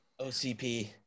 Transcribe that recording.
OCP